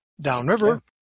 downriver